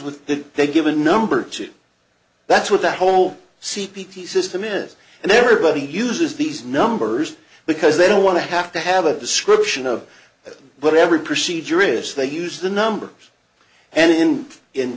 with that they give a number to that's what the whole c p t system is and everybody uses these numbers because they don't want to have to have a description of whatever procedure it is they use the numbers and in in